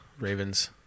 Ravens